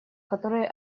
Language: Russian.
которые